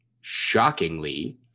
shockingly